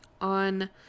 On